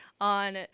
on